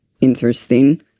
interesting